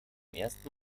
ersten